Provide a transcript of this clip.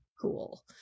cool